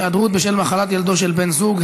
היעדרות בשל מחלת ילדו של בן זוג),